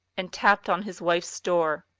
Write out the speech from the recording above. and tapped on his wife's door.